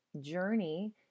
journey